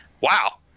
Wow